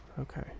okay